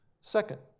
Second